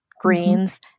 greens